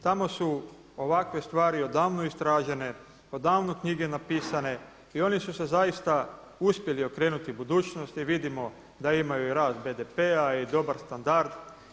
Tamo su ovakve stvari odavno istražene, odavno knjige napisane i oni su se zaista uspjeli okrenuti budućnosti i vidimo da imaju i rad BDP-a i dobar standard.